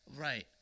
Right